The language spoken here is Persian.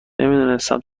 نمیدونستم